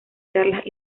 charlas